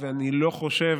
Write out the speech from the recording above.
ואני לא חושב